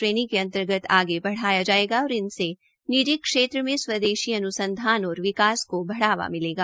श्रेणी के अंतर्गत आगे बढ़ाया जायेगा और इन से निर्जी क्षेत्र स्वदेशी अन्संधान और विकास को बढ़ावा मिलेगा